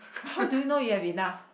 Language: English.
how do you know you have enough